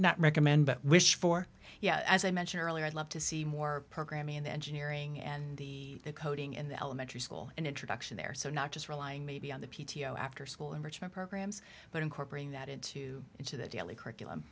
not recommend but wish for yeah as i mentioned earlier i'd love to see more programming in engineering and the coding in the elementary school and introduction there so not just relying maybe on the p t o after school enrichment programs but incorporating that into into the daily curriculum